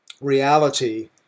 reality